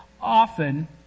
often